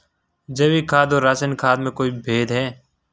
जैविक खाद और रासायनिक खाद में कोई भेद है?